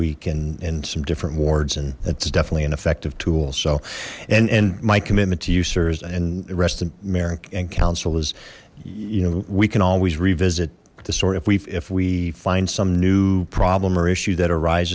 week and and some different wards and that's definitely an effective tool so and and my commitment to you sirs and arrest america and council is you know we can always revisit the sort if we if we find some new problem or issue that arise